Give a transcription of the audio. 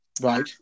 Right